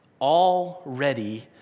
already